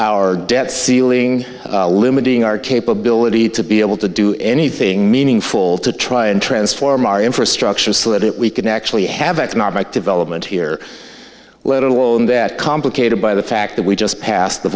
our debt ceiling limiting our capability to be able to do anything meaningful to try and transform our infrastructure slip we can actually have economic development here let alone that complicated by the fact that we just passed the